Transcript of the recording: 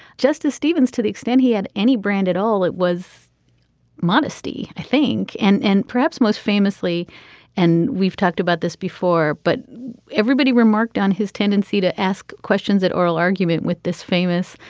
justice stevens to the extent he had any brand at all it was modesty i think and and perhaps most famously and we've talked about this before but everybody remarked on his tendency to ask questions at oral argument with this famous.